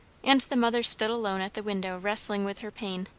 and the mother stood alone at the window wrestling with her pain.